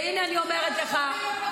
והינה אני אומרת לך,